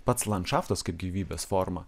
pats landšaftas kaip gyvybės forma